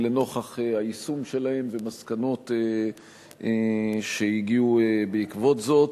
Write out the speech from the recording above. לנוכח היישום שלהם ומסקנות שהגיעו בעקבות זאת.